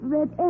Red